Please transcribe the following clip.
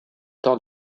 tant